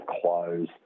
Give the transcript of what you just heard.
close